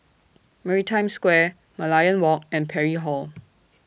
Maritime Square Merlion Walk and Parry Hall